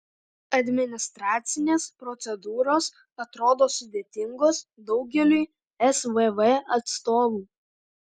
administracinės procedūros atrodo sudėtingos daugeliui svv atstovų